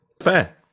fair